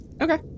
Okay